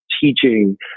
teaching